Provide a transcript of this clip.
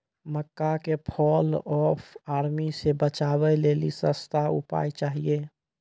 मक्का के fall of army से बचाबै लेली सस्ता उपाय चाहिए?